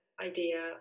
idea